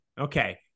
okay